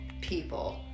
people